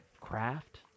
craft